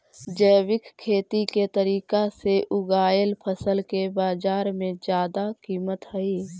जैविक खेती के तरीका से उगाएल फसल के बाजार में जादा कीमत हई